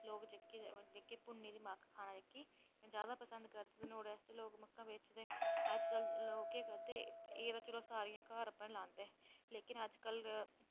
लोक जेह्के भुन्नें दे मक्क खाना जेह्की जादा पसंद करदे न नोआढ़ै आस्तै लोक मक्कां बेचदे अज्ज कल केह् करदे एह् ते चलो सारे घर लांदे न लेकिन अज्ज कल